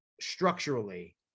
structurally